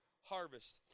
harvest